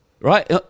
Right